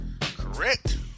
Correct